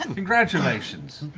and congratulations.